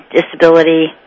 disability